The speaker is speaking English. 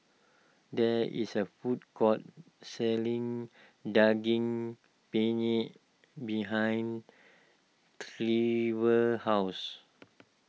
there is a food court selling Daging Penyet behind Trever's house